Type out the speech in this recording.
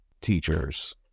teachers